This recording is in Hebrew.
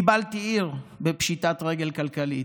קיבלתי עיר בפשיטת רגל כלכלית,